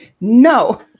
no